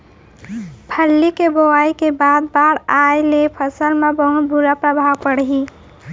फल्ली के बोआई के बाद बाढ़ आये ले फसल मा का प्रभाव पड़ही?